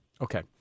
Okay